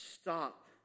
stop